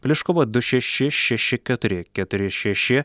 pliškova du šeši šeši keturi keturi šeši